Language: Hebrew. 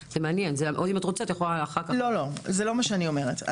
לא, לא, זה לא מה שאני אומרת.